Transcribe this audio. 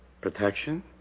Protection